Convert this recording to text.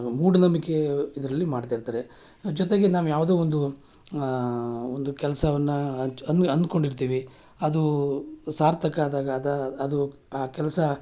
ಮೂಢನಂಬಿಕೆ ಇದರಲ್ಲಿ ಮಾಡ್ತಾ ಇರ್ತಾರೆ ಜೊತೆಗೆ ನಾವು ಯಾವುದೋ ಒಂದು ಒಂದು ಕೆಲಸವನ್ನ ಅಜ್ ಅನ್ ಅಂದ್ಕೊಂಡಿರ್ತೀವಿ ಅದು ಸಾರ್ಥಕ ಆದಾಗ ಅದು ಅದು ಆ ಕೆಲಸ